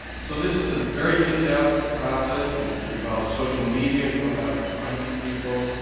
so this is a very in-depth process. it involves social media, going out and finding people,